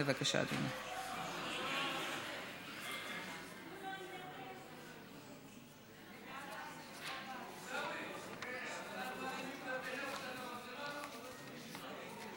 בבקשה, אדוני.